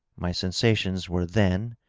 my sensations were then,